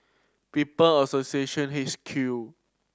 People Association